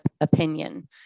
opinion